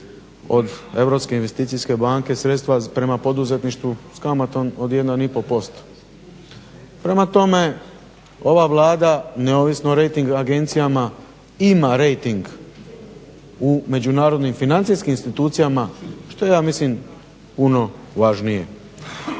od Europske investicijske banke, sredstva prema poduzetništvu s kamatom od jedan i pol posto. Prema tome, ova Vlada neovisno o rejting agencijama ima rejting u međunarodnim financijskim institucijama što je ja mislim puno važnije.